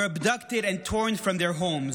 were abducted and torn from their homes.